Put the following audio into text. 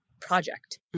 project